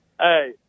hey